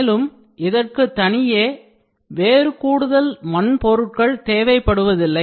மேலும் இதற்கு தனியே வேறு கூடுதல் வன்பொருட்கள் தேவைப்படுவதில்லை